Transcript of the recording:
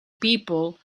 people